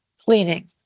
cleaning